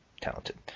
talented